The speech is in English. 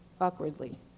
awkwardly